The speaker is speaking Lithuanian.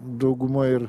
dauguma ir